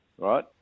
Right